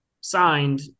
signed